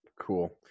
Cool